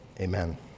Amen